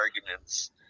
arguments